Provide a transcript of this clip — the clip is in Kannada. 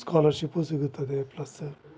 ಸ್ಕಾಲರ್ಶಿಪ್ಪು ಸಿಗುತ್ತದೆ ಪ್ಲಸ್ಸ